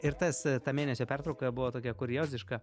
ir tas ta mėnesio pertrauka buvo tokia kurioziška